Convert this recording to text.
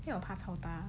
因为我怕 chao da